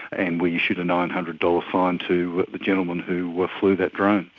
and we issued a nine hundred dollars fine to the gentleman who flew that drone.